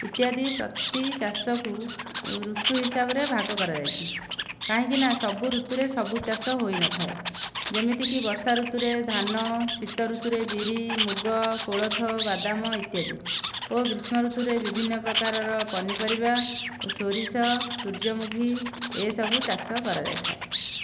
ଇତ୍ୟାଦି ପ୍ରତି ଚାଷକୁ ୠତୁ ହିସାବରେ ଭାଗ କରାଯାଇଛି କାହିଁକି ନା ସବୁ ଋତୁରେ ସବୁ ଚାଷ ହୋଇନଥାଏ ଯେମିତିକି ବର୍ଷା ଋତୁରେ ଧାନ ଶୀତ ଋତୁରେ ବିରି ମୁଗ କୋଳଥ ବାଦାମ ଇତ୍ୟାଦି ଓ ଗ୍ରୀଷ୍ମ ଋତୁରେ ବିଭିନ୍ନ ପ୍ରକାରର ପନିପରିବା ସୋରିଷ ସୂର୍ଯ୍ୟମୁଖୀ ଏସବୁ ଚାଷ କରାଯାଇଥାଏ